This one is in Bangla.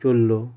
চলল